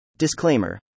Disclaimer